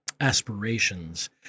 aspirations